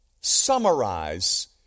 summarize